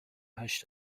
هشت